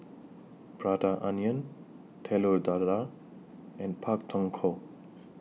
Prata Onion Telur Dadah and Pak Thong Ko